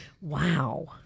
Wow